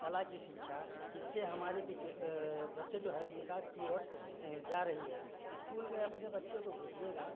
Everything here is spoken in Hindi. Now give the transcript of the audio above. कला की शिक्षा इससे हमारे बिके बच्चे जो है विकास की ओर जा रही है स्कूल में अपने बच्चे को भेजिएगा